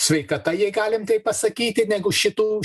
sveikata jei galim taip pasakyti negu šitų